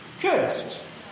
cursed